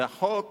החוק